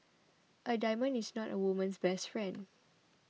a diamond is not a woman's best friend